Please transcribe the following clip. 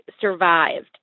survived